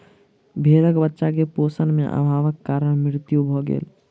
भेड़क बच्चा के पोषण में अभावक कारण मृत्यु भ गेल